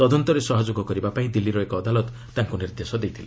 ତଦନ୍ତରେ ସହଯୋଗ କରିବାପାଇଁ ଦିଲ୍ଲୀର ଏକ ଅଦାଲତ ତାଙ୍କୁ ନିର୍ଦ୍ଦେଶ ଦେଇଥିଲେ